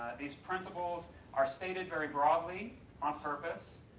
these principles are stated very broadly on purpose.